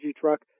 truck